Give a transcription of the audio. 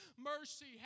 Mercy